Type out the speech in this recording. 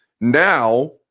Now